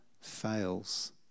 fails